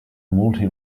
multi